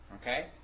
Okay